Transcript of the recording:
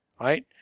right